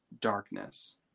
darkness